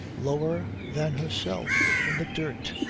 lower than herself. in the dirt.